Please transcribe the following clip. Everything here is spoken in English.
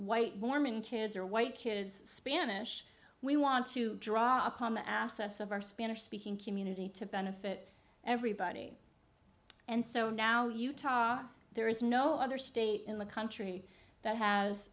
white mormon kids or white kids spanish we want to draw upon the assets of our spanish speaking community to benefit everybody and so now utah there is no other state in the country that has